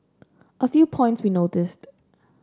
a few points we noticed